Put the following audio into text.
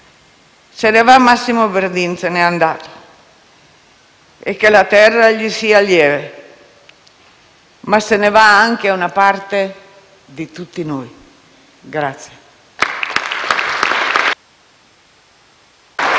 Se ne va Massimo Bordin, se n'è andato: che la terra gli sia lieve; ma se ne va anche una parte di tutti noi.